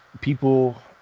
people